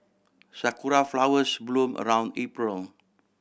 sakura flowers bloom around April